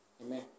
Amen